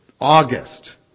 August